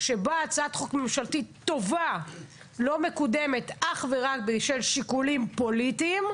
שבה הצעת חוק ממשלתית טובה לא מקודמת אך ורק בשל שיקולים פוליטיים,